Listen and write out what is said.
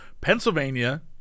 Pennsylvania